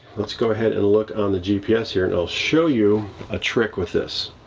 let's go ahead and look on the gps here, and i'll show you a trick with this.